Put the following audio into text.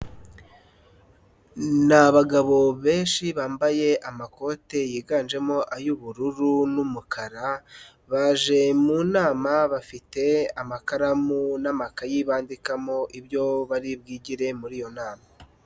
Ni abagabo benshi bambaye amakote yiganjemo ay'ubururu n'umukara, baje mu nama bafite amakaramu n'amakayi bandikamo ibyo bari bwigire muri iyo nama.